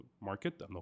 market